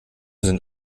sind